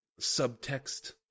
subtext